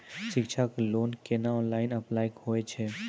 शिक्षा लोन केना online apply होय छै?